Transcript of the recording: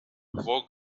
before